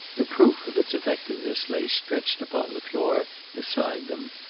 the proof of its effectiveness lay stretched upon the floor beside them.